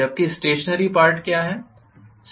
जबकि stationary parts क्या हैं